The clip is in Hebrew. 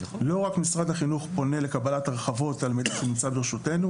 לא רק משרד החינוך פונה לקבלת הרחבות על מידע שנמצא ברשותנו.